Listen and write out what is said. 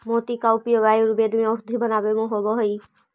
मोती का उपयोग आयुर्वेद में औषधि बनावे में होवअ हई